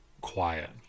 quiet